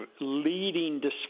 leading